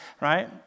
right